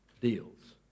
deals